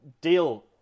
deal